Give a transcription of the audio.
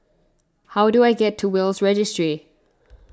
how do I get to Will's Registry